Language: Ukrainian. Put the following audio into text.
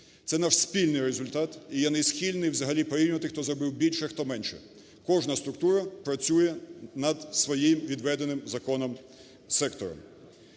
Це наш спільний результат, і я не схильний взагалі порівнювати, хто зробив більше, а хто менше. Кожна структура працює над своїм, відведеним законом сектором.